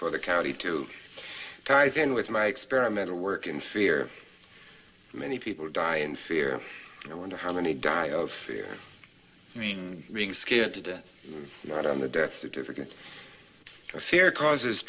for the county to ties in with my experimental work in fear many people die in fear and i wonder how many die of fear i mean being scared to death not on the death certificate for fear causes